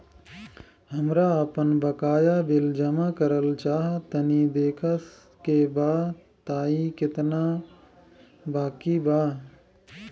हमरा आपन बाकया बिल जमा करल चाह तनि देखऽ के बा ताई केतना बाकि बा?